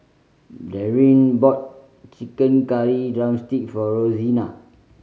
Darryn bought chicken curry drumstick for Rosena